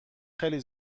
خیلی